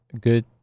Good